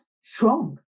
strong